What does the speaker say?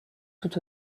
tout